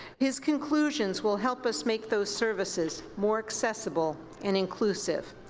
his conclusions will help us make those services more accessible and inclusive.